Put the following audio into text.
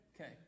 Okay